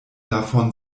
davon